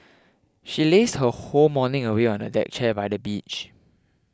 she lazed her whole morning away on a deck chair by the beach